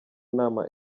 nama